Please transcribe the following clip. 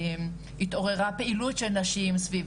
התעוררה פעילות של נשים סביב